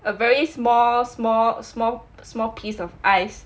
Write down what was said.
a very small small small small piece of ice